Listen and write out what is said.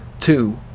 two